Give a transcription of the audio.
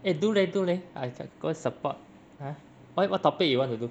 eh do leh do leh I I go support !huh! why what topic you want to do